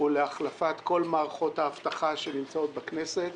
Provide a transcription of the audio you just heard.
נועד להחלפת כל מערכות האבטחה שנמצאות בכנסת.